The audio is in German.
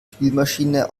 spülmaschine